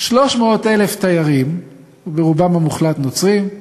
300,000 תיירים, רובם המוחלט נוצרים,